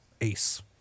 ace